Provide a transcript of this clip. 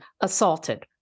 assaulted